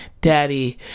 Daddy